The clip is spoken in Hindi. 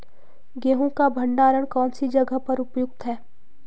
गेहूँ का भंडारण कौन सी जगह पर उपयुक्त है?